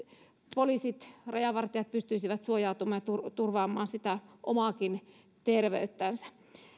poliisit rajavartijat pystyisivät suojautumaan turvaamaan sitä omaakin terveyttänsä tämä on